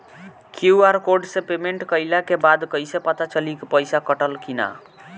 QR code से payment कईला के बाद कईसे पता चली की पैसा कटल की ना?